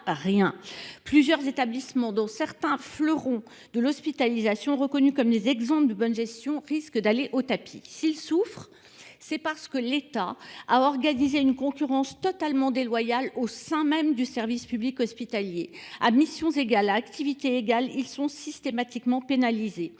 Plusieurs établissements, dont certains fleurons de l’hospitalisation reconnus comme des exemples de bonne gestion, risquent d’aller au tapis. S’ils souffrent, c’est parce que l’État a organisé une concurrence totalement déloyale au sein même du service public hospitalier. À missions égales, à activité égale, les établissements